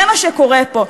זה מה שקורה פה,